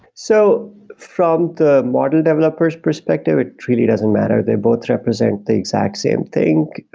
so from the model developer s perspective, it really doesn't matter. they both represent the exact same thing.